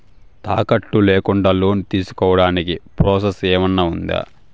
తాకట్టు లేకుండా లోను తీసుకోడానికి ప్రాసెస్ ఏమన్నా ఉందా?